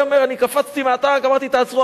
אני קפצתי מהטנק ואמרתי: תעצרו.